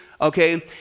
okay